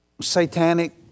satanic